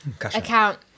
account